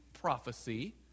prophecy